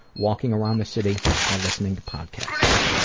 walking around the city while listening to podcasts.